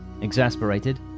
Exasperated